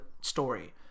story